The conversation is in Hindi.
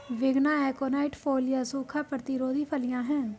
विग्ना एकोनाइट फोलिया सूखा प्रतिरोधी फलियां हैं